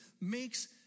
makes